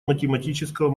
математического